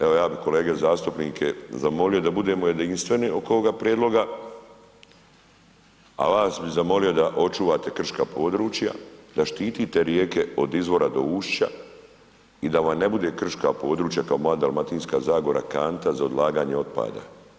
Evo ja bi kolege zastupnike zamolio da budemo jedinstveni oko ovoga prijedloga a vas bi zamolio da očuvate krška područja, da štitite rijeke od izora do ušća i da vam ne bude krška područja ako moja Dalmatinska zagora, kanta za odlaganje otpada.